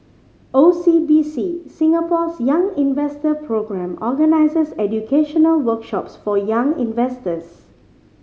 O C B C Singapore's Young Investor Programme organizes educational workshops for young investors